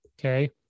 okay